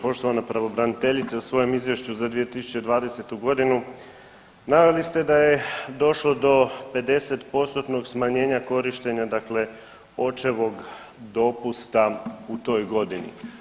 Poštovana pravobraniteljice, u svojem izvješću za 2020.g. naveli ste da je došlo do 50%-tnog smanjenja korištenja dakle očevog dopusta u toj godini.